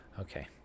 Okay